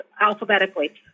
alphabetically